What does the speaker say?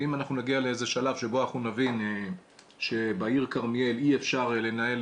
אם אנחנו נגיע לאיזשהו שלב שבו אנחנו נבין שבעיר כרמיאל אי אפשר לנהל